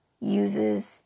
uses